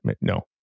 No